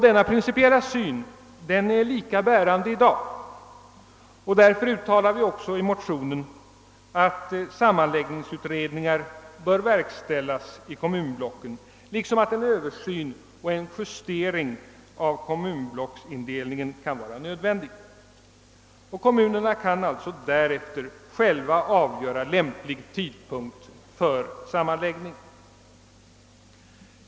Denna principiella syn är lika bärande i dag, och därför uttalar vi i motionen, att sammanläggningsutredningar bör verkstäl las i kommunblocken, liksom att en översyn och en justering av kommunblocksindelningen kan erfordras. Kommunerna skall därefter själva kunna avgöra lämplig tidpunkt för sammanläggning.